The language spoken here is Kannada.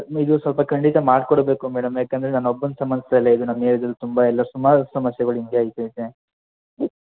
ನೀವು ಸ್ವಲ್ಪ ಖಂಡಿತ ಮಾಡಿಕೊಡ್ಬೇಕು ಮೇಡಮ್ ಏಕಂದ್ರೆ ನನ್ನ ಒಬ್ಬನ ಸಮಸ್ಯೆ ಅಲ್ಲ ಇದು ನಮ್ಮ ಏರಿಯಾದಲ್ಲಿ ತುಂಬ ಎಲ್ಲ ಸುಮಾರು ಸಮಸ್ಯೆಗಳು ಹೀಗೇ ಇರ್ತೈತೆ